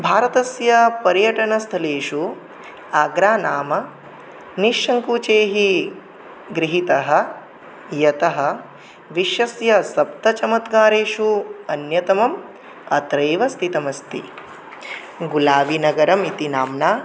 भारतस्य पर्यटनस्थलेषु आग्रा नाम निस्सङ्कोचैः गृहीतः यतः विश्वस्य सप्तचमत्कारेषु अन्यतमम् अत्रैव स्थितमस्ति गुलाबिनगरमिति नाम्ना